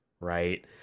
right